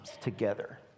together